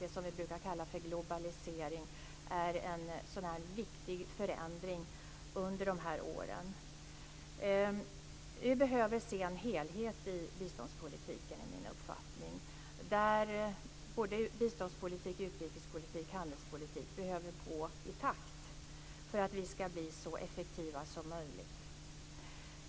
Det som vi brukar kalla för globalisering är en viktig förändring under de här åren. Min uppfattning är att vi behöver se en helhet i biståndspolitiken. Bistånds-, utrikes och handelspolitik behöver gå i takt för att vi ska bli så effektiva som möjligt.